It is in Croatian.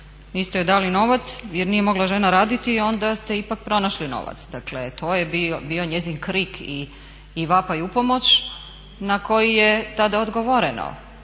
Niste joj dali novac jer nije mogla žena raditi i onda ste ipak pronašli novac. Dakle to je bio njezin krik i vapaj upomoć na koji je tada odgovoreno